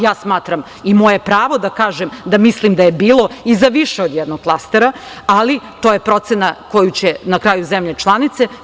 Ja smatram i moje je pravo da kažem da mislim da je bilo i za više od jednog klastera, ali, to je procena koju će na kraju zemlje članice doneti.